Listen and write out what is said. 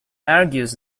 argues